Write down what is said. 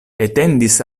etendis